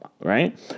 right